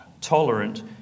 tolerant